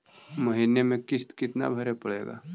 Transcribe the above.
महीने में किस्त कितना भरें पड़ेगा?